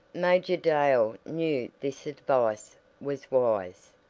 major dale knew this advice was wise,